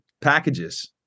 packages